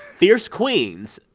fierce queens,